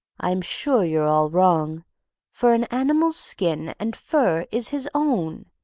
i'm sure you're all wrong for an animal's skin and fur is his own,